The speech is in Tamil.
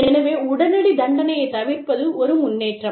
எனவே உடனடி தண்டனையைத் தவிர்ப்பது ஒரு முன்னேற்றம்